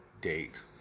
date